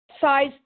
size